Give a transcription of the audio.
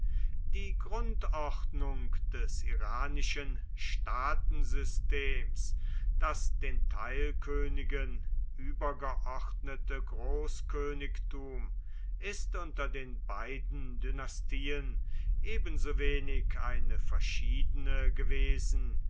die grundordnung des iranischen staatensystems das den teilkönigen übergeordnete großkönigtum ist unter den beiden dynastien ebensowenig eine verschiedene gewesen